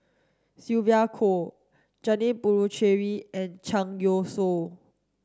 Sylvia Kho Janil Puthucheary and Zhang Youshuo